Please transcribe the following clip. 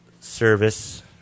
service